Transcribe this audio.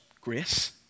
grace